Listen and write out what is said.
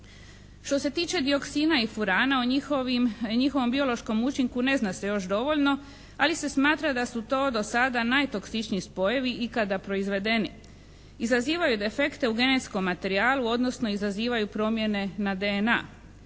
Što se tiče dioksina i furana o njihovom biološkom učinku ne zna se još dovoljno, ali se smatra da su to do sada najtoksičniji spojevi ikada proizvedeni. Izazivaju defekte u genetskom materijalu, odnosno izazivaju promjene na DNA.